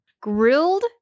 Grilled